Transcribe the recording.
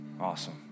Awesome